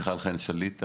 אני אדריכל חן שליטא,